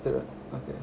the okay